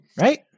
right